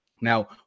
now